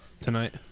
tonight